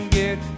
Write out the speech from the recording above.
get